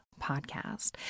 podcast